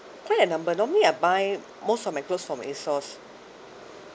quite a number normally I buy most of my clothes from a source